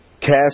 cast